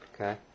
Okay